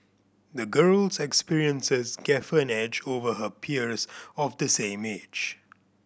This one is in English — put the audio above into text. the girl's experiences gave her an edge over her peers of the same age